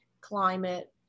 climate